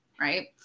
right